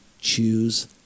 choose